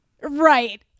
Right